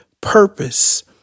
purpose